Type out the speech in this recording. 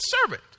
servant